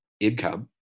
income